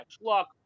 Look